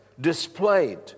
displayed